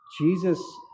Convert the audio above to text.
Jesus